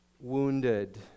wounded